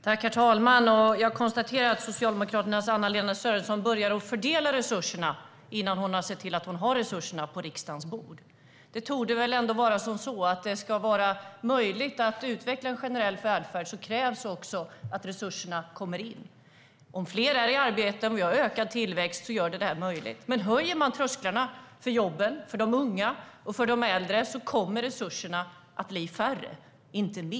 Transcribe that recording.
Herr talman! Jag konstaterar att Socialdemokraternas Anna-Lena Sörenson börjar fördela resurserna innan hon har sett till att hon har resurserna på riksdagens bord. För att det ska vara möjligt att utveckla en generell välfärd torde det väl ändå krävas att resurserna kommer in också. Om fler är i arbete, om vi har ökad tillväxt, blir det möjligt. Men höjer man trösklarna för jobben, för de unga och för de äldre, kommer resurserna att bli mindre, inte större.